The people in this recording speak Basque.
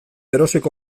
erosiko